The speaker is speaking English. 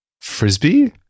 Frisbee